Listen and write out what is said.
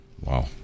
wow